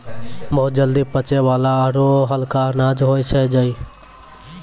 बहुत जल्दी पचै वाला आरो हल्का अनाज होय छै जई